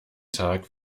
tag